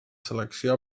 selecció